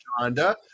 Shonda